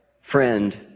friend